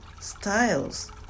styles